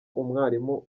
umwarimu